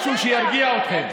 משהו שירגיע אתכם.